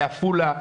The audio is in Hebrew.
בעפולה,